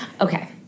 okay